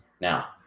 now